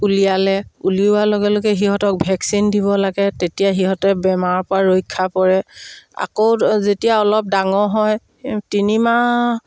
উলিয়ালে উলিওৱাৰ লগে লগে সিহঁতক ভেকচিন দিব লাগে তেতিয়া সিহঁতে বেমাৰৰ পৰা ৰক্ষা পৰে আকৌ যেতিয়া অলপ ডাঙৰ হয় তিনি মাহ